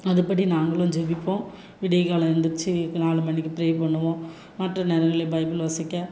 அதுபடி நாங்களும் ஜெபிப்போம் விடியல் காலையில எந்திரிச்சு நாலு மணிக்கு ப்ரே பண்ணுவோம் மற்ற நேரங்கள்ல பைபிள் வாசிக்க